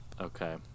Okay